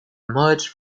emerged